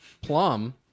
Plum